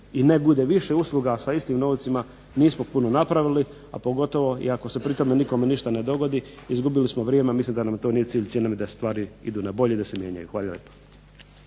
i ne bude više usluge a sa istim novcima nismo puno napravili a pogotovo ako se pri tome nikome ništa ne dogodi izgubili smo vrijeme, a mislim da nam to nije cilj, cilj nam je da stvari idu na bolje i … **Batinić, Milorad